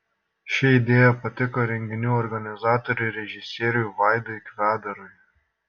ši idėja patiko renginių organizatoriui režisieriui vaidui kvedarui